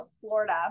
Florida